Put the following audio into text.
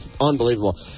Unbelievable